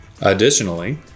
Additionally